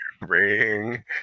Ring